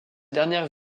dernières